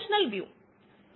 തീർച്ചയായും ഉണ്ട്